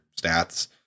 stats